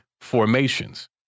formations